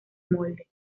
molde